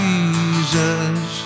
Jesus